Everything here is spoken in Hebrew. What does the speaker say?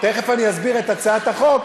תכף אני אסביר את הצעת החוק,